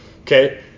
Okay